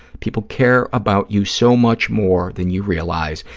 people care about you so much more than you realize,